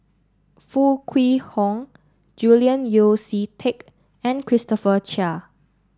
Foo Kwee Horng Julian Yeo See Teck and Christopher Chia